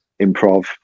improv